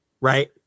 right